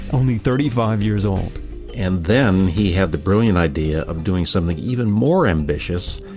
only thirty five years old and then he had the brilliant idea of doing something even more ambitious.